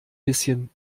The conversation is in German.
bisschen